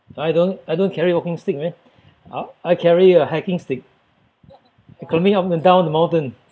I don't I don't carry walking stick man I I carry a hiking stick climbing up and down the mountain